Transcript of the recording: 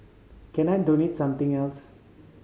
can I donate something else